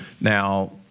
Now